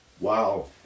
wow